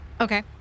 Okay